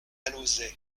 alauzet